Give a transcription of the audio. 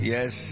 Yes